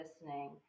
listening